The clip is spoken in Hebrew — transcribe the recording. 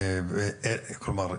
כלומר,